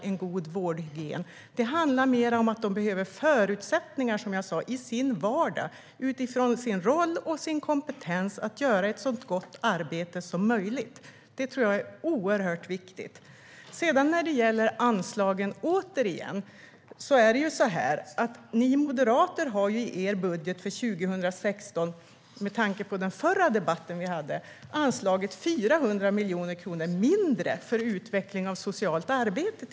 Det handlar som sagt mer om att de behöver förutsättningar i sin vardag för att göra ett så gott arbete som möjligt utifrån sin roll och sin kompetens. Det tror jag är oerhört viktigt. Ni moderater har i er budget för 2016 - med tanke på den förra debatten - anslagit 400 miljoner kronor mindre för utveckling av socialt arbete.